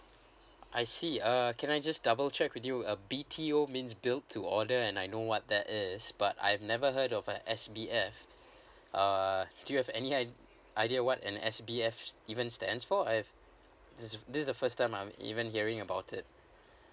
I see uh can I just double check with you a B_T_O means build to order and I know what that is but I've never heard of like S_B_F uh do you have any i~ idea what an S_B_F s~ even stands for I have this this is the first time I'm even hearing about it